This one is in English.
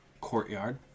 courtyard